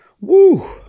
Woo